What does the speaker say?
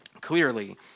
clearly